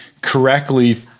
correctly